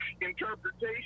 interpretation